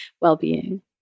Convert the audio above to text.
well-being